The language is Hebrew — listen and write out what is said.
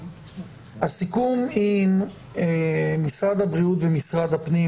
הסיכום עם משרד הבריאות ומשרד הפנים,